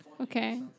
Okay